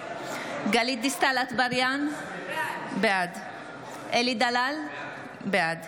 גלית דיסטל אטבריאן, בעד אלי דלל, בעד